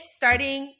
starting